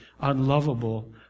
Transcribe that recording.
unlovable